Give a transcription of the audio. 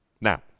Now